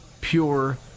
pure